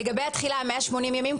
לגבי התחילה 180 ימים,